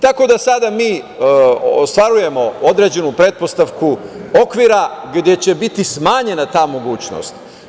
Tako da sada mi ostvarujemo određenu pretpostavku okvira gde će biti smanjena ta mogućnost.